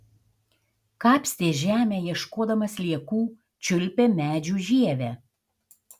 kapstė žemę ieškodama sliekų čiulpė medžių žievę